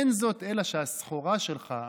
אין זאת אלא שהסחורה שלך,